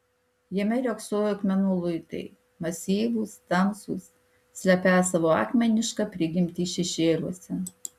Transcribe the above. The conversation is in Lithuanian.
jame riogsojo akmenų luitai masyvūs tamsūs slepią savo akmenišką prigimtį šešėliuose